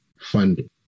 funding